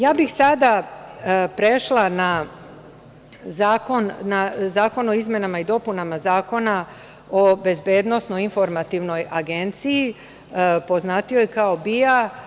Ja bih sada prešla na Zakon o izmenama i dopunama Zakona o Bezbednosno-informativnoj agenciji, poznatijoj kao BIA.